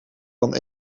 dan